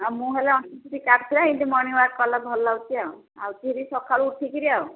ମୁଁ ହେଲେ ଅଣ୍ଟାପିଠି କାଟୁଥିଲା ଏମିତି ମର୍ଣିଙ୍ଗୱାର୍କ କଲେ ଭଲ ଲାଗୁଛି ଆଉ ଆସୁଛି ହେରି ସକାଳୁ ଉଠିକିରି ଆଉ